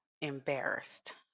embarrassed